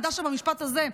הוא ידע שבמשפט הזה.